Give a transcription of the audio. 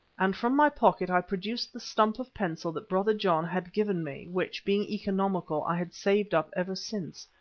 and from my pocket i produced the stump of pencil that brother john had given me, which, being economical, i had saved up ever since.